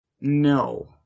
No